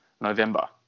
November